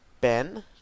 ben